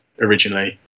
originally